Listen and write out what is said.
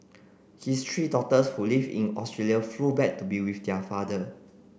his three daughters who live in Australia flew back to be with their father